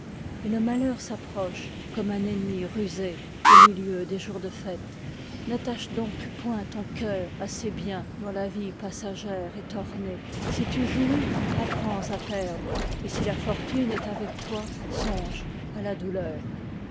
et le malheur s'approche comme un ennemi rusé au milieu des jours de fête n'attache donc point ton cœur à ces biens dont la vie passagère est ornée si tu jouis apprends à perdre et si la fortune est avec toi songe à la douleur